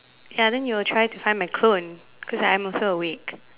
ya then you will try to find my clone cause I am also awake